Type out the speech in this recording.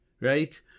right